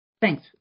Thanks